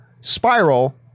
Spiral